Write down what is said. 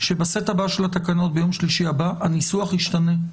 שבסט הבא של התקנות ביום שלישי הבא, הניסוח ישתנה.